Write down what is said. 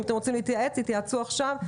אם אתם רוצים להתייעץ, תתייעצו עכשיו.